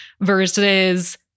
versus